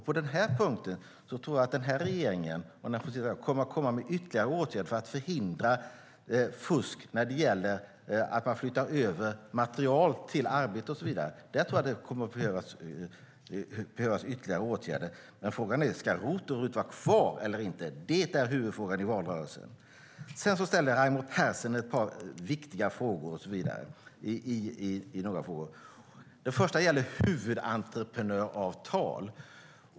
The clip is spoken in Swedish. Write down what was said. På den punkten tror jag att den här regeringen, om den får sitta kvar, kommer att komma med ytterligare åtgärder för att förhindra fusk när det gäller att man flyttar över material till arbete och så vidare. Där tror jag att det kommer att behövas ytterligare åtgärder. Men frågan är: Ska ROT och RUT vara kvar eller inte? Det är huvudfrågan i valrörelsen. Raimo Pärssinen ställer ett par viktiga frågor. Den första gäller huvudentreprenörsavtal.